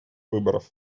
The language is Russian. выборов